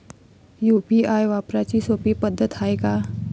UPI वापराची सोपी पद्धत हाय का?